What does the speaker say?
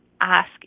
ask